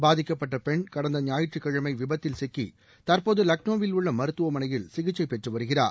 பாதிக்கப்பட்ட பெண் கடந்த குாயிற்றுக்கிழமை விபத்தில் சிக்கி தற்போது லக்னோவில் உள்ள மருத்துவமனையில் சிகிச்சை பெற்று வருகிறார்